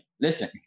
listen